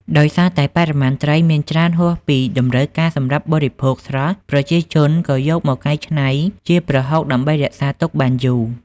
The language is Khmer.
ដោយសារតែបរិមាណត្រីមានច្រើនហួសពីតម្រូវការសម្រាប់បរិភោគស្រស់ ប្រជាជនក៏យកមកកែច្នៃជាប្រហុកដើម្បីរក្សាទុកបានយូរ។